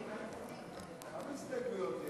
כמה הסתייגויות יש?